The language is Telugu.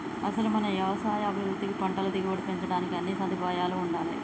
అసలు మన యవసాయ అభివృద్ధికి పంటల దిగుబడి పెంచడానికి అన్నీ సదుపాయాలూ ఉండాలే